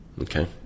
Okay